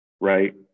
right